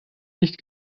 nicht